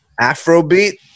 Afrobeat